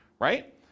Right